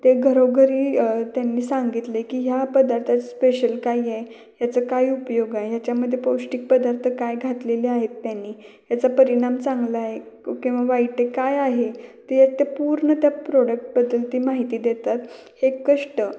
ते घरोघरी त्यांनी सांगितले की या पदार्थात स्पेशल काही आहे ह्याचा काय उपयोग आहे याच्यामध्ये पौष्टिक पदार्थ काय घातलेले आहेत त्यांनी याचा परिणाम चांगला आहे किंवा वाईट आहे काय आहे ते पूर्ण त्या प्रोडक्टबद्दल ती माहिती देतात हे कष्ट